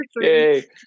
Yay